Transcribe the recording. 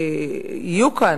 יהיו כאן,